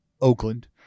Oakland